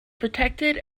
protected